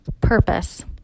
Purpose